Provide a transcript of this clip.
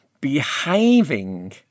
behaving